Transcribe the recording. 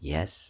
Yes